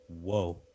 whoa